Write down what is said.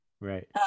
right